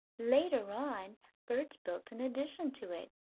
later on bert built an addition to it,